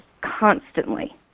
constantly